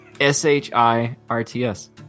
s-h-i-r-t-s